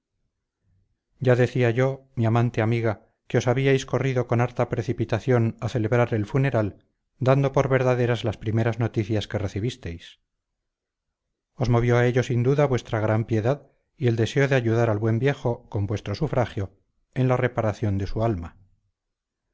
ya decía yo mi amante amiga que os habíais corrido con harta precipitación a celebrar el funeral dando por verdaderas las primeras noticias que recibisteis os movió a ello sin duda vuestra gran piedad y el deseo de ayudar al buen viejo con vuestro sufragio en la reparación de su alma